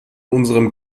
unserem